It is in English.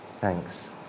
Thanks